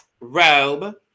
Robe